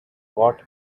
got